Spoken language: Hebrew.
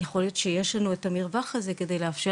יכול להיות שיש לנו את המרווח הזה על מנת לאפשר